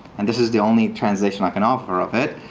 and this is the only transition i can offer of it